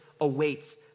awaits